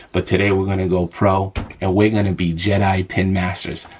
but today we're gonna go pro and we're gonna be jedi pin masters.